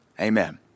Amen